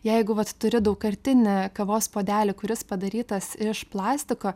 jeigu vat turi daugkartinį kavos puodelį kuris padarytas iš plastiko